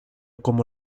como